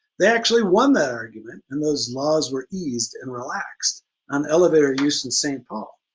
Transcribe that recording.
they actually won that argument and those laws were eased and relaxed on elevator use in st. paul.